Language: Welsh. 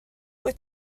wyt